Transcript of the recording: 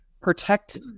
protect